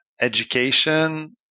education